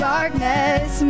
Darkness